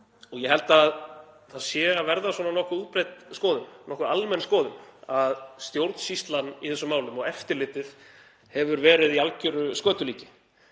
Ég held að það sé að verða nokkuð útbreidd og nokkuð almenn skoðun að stjórnsýslan í þessum málum og eftirlitið hefur verið í algeru skötulíki